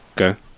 Okay